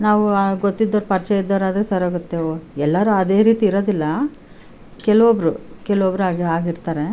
ನಾವೂ ಗೊತ್ತಿದ್ದೋಋು ಪರಿಚಯ ಇದ್ದೋರು ಆದರೆ ಸರಿಹೋಗುತ್ತೆ ಹೋಗಿ ಎಲ್ಲರು ಅದೇ ರೀತಿ ಇರೋದಿಲ್ಲಾ ಕೆಲ್ವೊಬ್ರು ಕೆಲ್ವೊಬ್ರ್ ಹಾಗೆ ಹಾಗೆ ಇರ್ತಾರೆ